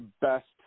best